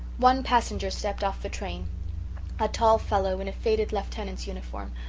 one passenger stepped off the train a tall fellow in a faded lieutenant's uniform,